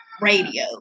Radio